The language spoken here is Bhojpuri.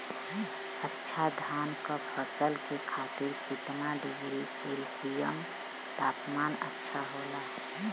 अच्छा धान क फसल के खातीर कितना डिग्री सेल्सीयस तापमान अच्छा होला?